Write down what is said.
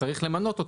אז צריך למנות אותם.